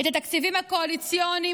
את התקציבים הקואליציוניים,